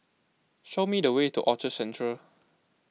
show me the way to Orchard Central